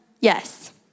Yes